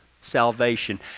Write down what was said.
salvation